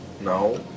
No